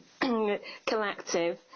collective